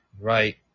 right